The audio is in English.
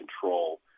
control